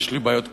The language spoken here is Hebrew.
יש לי בעיות קשב,